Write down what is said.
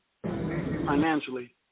financially